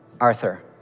Arthur